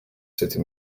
city